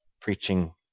preaching